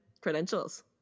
credentials